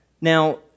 Now